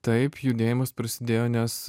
taip judėjimas prasidėjo nes